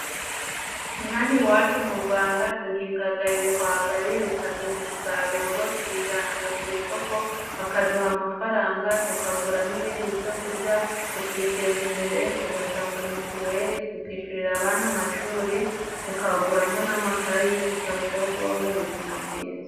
Inaha iwacu mu rwanda duhingaga ibihwagari bikaduha umusaruro ,tubijyanaga ku isoko bakaduha amafaranga tukaguramo ibindi byorya tukiteza imbere tugatanga mituweri, tukishyurira abana amashuri, tukaguramo n'amakayi tukarushaho kubaho mu buzima bwiza.